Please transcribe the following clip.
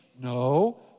No